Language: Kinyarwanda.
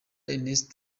ernest